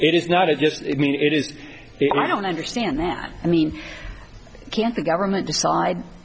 it is not a just mean it is i don't understand that i mean can't the government decide